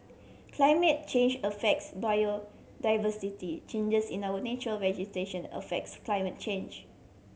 climate change affects biodiversity changes in our natural vegetation affects climate change